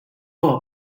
all